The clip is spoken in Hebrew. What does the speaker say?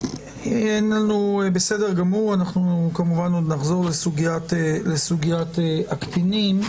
אנחנו כמובן עוד נחזור לסוגיית הקטינים.